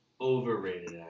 overrated